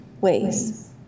ways